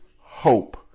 hope